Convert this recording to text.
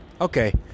Okay